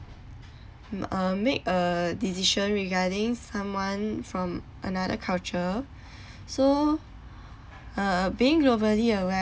mm um make a decision regarding someone from another culture so uh being globally aware